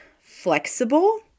flexible